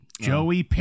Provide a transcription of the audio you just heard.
Joey